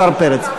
השר פרץ.